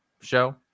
show